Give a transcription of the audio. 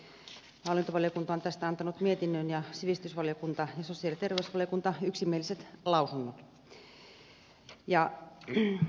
hallintovaliokunta on tästä antanut mietinnön ja sivistysvaliokunta ja sosiaali ja terveysvaliokunta yksimieliset lausunnot